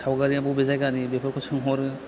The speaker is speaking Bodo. सावगारिया बबे जायगानि बेफोरखौ सोंहरो